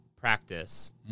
practice